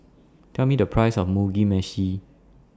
Tell Me The Price of Mugi Meshi